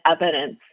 evidence